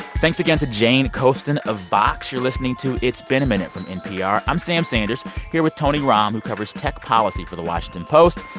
thanks again to jane coaston of vox. you're listening to it's been a minute from npr. i'm sam sanders here with tony romm, who covers tech policy the washington post,